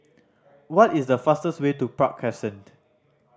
what is the fastest way to Park Crescent